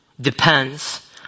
depends